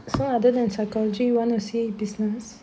so other than psychology want to see business